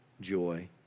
joy